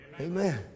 Amen